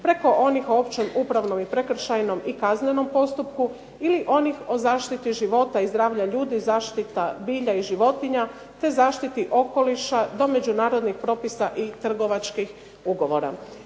preko onih o općem upravnom i prekršajnom i kaznenom postupku ili onih o zaštiti života i zdravlja ljudi, zaštita bilja i životinja, te zaštiti okoliša, do međunarodnih propisa i trgovačkih ugovora.